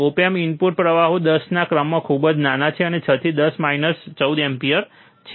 ઓપ amp input પ્રવાહો 10 ના ક્રમમાં ખૂબ જ નાના છે 6 થી 10 માઇનસ 14 એમ્પીયર છે